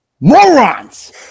morons